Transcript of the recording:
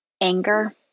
anger